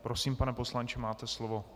Prosím, pane poslanče, máte slovo.